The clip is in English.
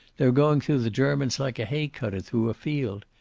they're going through the germans like a hay cutter through a field.